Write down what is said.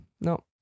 No